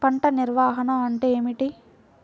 పంట నిర్వాహణ అంటే ఏమిటి?